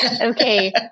Okay